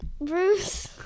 Bruce